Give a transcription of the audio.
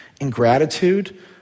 ingratitude